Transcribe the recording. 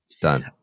done